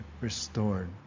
restored